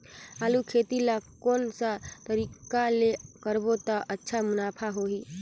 आलू खेती ला कोन सा तरीका ले करबो त अच्छा मुनाफा होही?